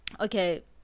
okay